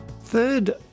Third